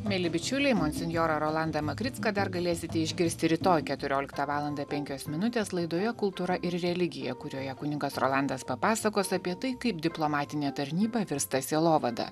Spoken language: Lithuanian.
mieli bičiuliai monsinjorą rolandą makricką dar galėsite išgirsti rytoj keturioliktą valandą penkios minutės laidoje kultūra ir religija kurioje kunigas rolandas papasakos apie tai kaip diplomatinė tarnyba virsta sielovada